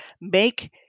make